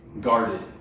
Guarded